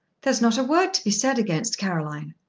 there is not a word to be said against caroline.